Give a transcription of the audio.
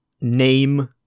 name